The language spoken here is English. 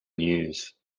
news